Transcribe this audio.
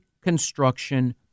construction